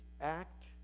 act